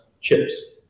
chips